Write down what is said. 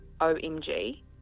OMG